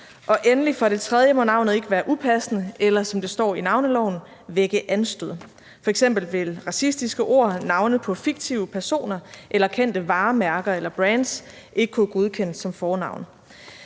Endelig, for det tredje, må navnet ikke være upassende eller, som der står i navneloven, vække anstød. F.eks. vil racistiske ord, navne på fiktive personer eller kendte varemærker eller brands ikke kunne godkendes som fornavn.